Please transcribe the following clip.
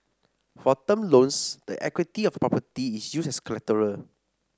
for term loans the equity of a property is used as collateral